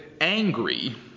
angry